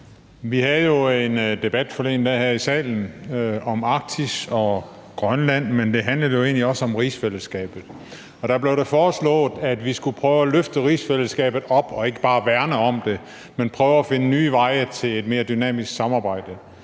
Vi havde jo en debat forleden dag her i salen om Arktis og Grønland, men det handlede jo egentlig også om rigsfællesskabet. Og der blev det foreslået, at vi skulle prøve at løfte rigsfællesskabet op, ikke bare værne om det, men prøve at finde nye veje til et mere dynamisk samarbejde.